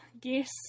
guess